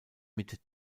mit